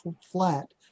flat